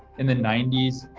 in the ninety s,